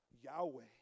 Yahweh